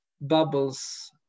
bubbles